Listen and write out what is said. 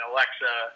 Alexa